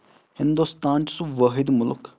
ہِندوستان چھُ سُہ وٲحِد مُلٕک